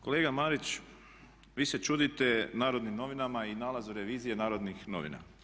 Kolega Marić vi se čudite Narodnim novinama i nalazu revizije Narodnih novina.